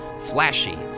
flashy